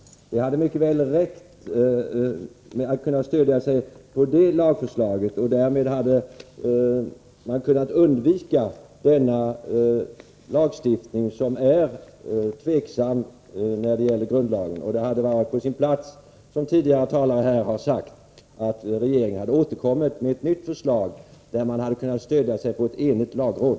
Det hade mycket väl räckt att kunna stödja sig på det lagförslaget. Därmed hade man kunnat undvika denna lagstiftning, som är tveksam med tanke på grundlagen. Det hade varit på sin plats, som tidigare talare här har sagt, att regeringen hade återkommit med ett nytt förslag, där man hade kunnat stödja sig på ett enigt lagråd.